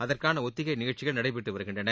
அதற்கான ஒத்திகை நிகழ்ச்சிகள் நடைபெற்று வருகின்றன